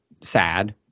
sad